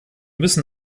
müssen